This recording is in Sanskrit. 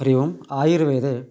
हरिः ओम् आयुर्वेदे